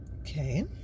Okay